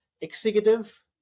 executive